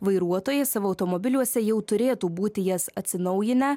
vairuotojai savo automobiliuose jau turėtų būti jas atsinaujinę